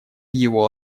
его